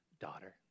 daughter